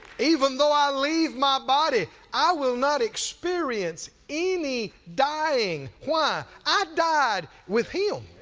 even though i leave my body, i will not experience any dying, why? i died with him.